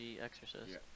Exorcist